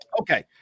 Okay